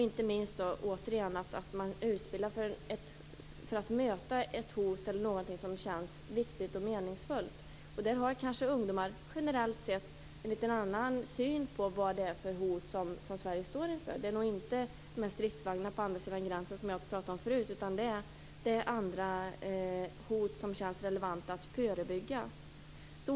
Inte minst måste man också utbilda för någonting som känns viktigt och meningsfullt. Ungdomar har kanske generellt sett en litet annorlunda syn på vad det är för hot som Sverige står inför och kan möta. Det är nog inte de stridsvagnar på andra sidan gränsen som jag pratade om förut, utan det är andra hot som känns relevanta att förebygga.